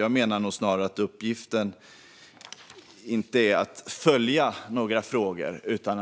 Jag menar att uppgiften som statsråd inte är att följa frågan utan